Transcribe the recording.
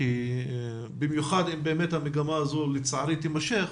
במיוחד אם המגמה הזאת לצערי תימשך.